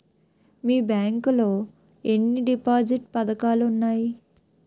మీ bank లో ఎన్ని deposit పథకాలు ఉన్నాయి?